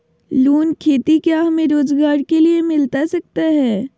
Loan खेती क्या हमें रोजगार के लिए मिलता सकता है?